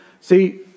See